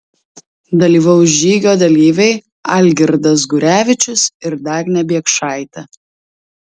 dalyvaus žygio dalyviai algirdas gurevičius ir dagnė biekšaitė